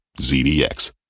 ZDX